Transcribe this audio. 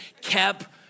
kept